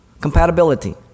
Compatibility